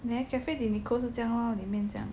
nah Cafe de Nicole 是这样咯是这样